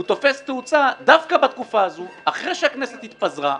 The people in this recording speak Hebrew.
הוא תופס תאוצה דווקא בתקופה הזו אחרי שהכנסת התפזרה,